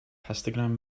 histogram